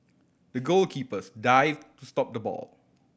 the goalkeepers dived to stop the ball